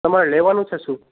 તમારે લેવાનુ છે શું